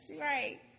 Right